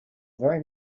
very